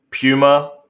Puma